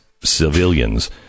civilians